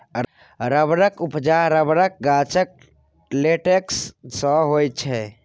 रबरक उपजा रबरक गाछक लेटेक्स सँ होइ छै